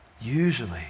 Usually